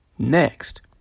Next